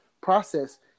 process